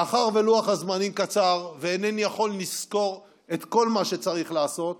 מאחר שלוח הזמנים קצר ואינני יכול לסקור את כל מה שצריך לעשות,